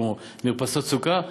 כמו מרפסות סוכה,